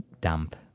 damp